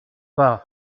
pas